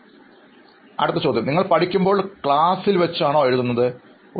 അഭിമുഖം നടത്തുന്നയാൾ നിങ്ങൾ പഠിക്കുമ്പോൾ ക്ലാസ് മുറിയിൽ എഴുതുമായിരുന്നോ